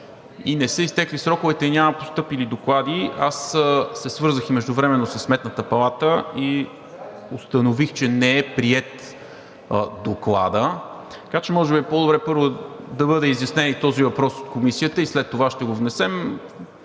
не са изтекли сроковете и няма постъпили доклади. Аз се свързах междувременно със Сметната палата и установих, че не е приет докладът, така че може би е по-добре първо да бъде изяснен този въпрос от комисиите и след това ще го внесем.